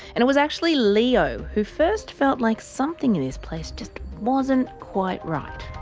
and it was actually leo who first felt like something in this place just wasn't quite right.